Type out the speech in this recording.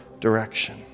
direction